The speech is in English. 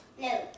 No